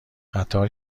قطار